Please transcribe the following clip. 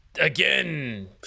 Again